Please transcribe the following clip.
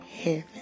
heaven